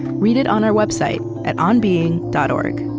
read it on our website at onbeing dot o r g